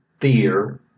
fear